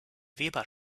weber